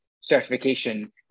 certification